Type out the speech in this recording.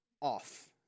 off